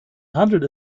handelt